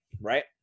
right